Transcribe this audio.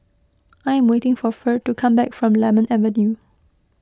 I am waiting for Ferd to come back from Lemon Avenue